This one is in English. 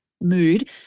mood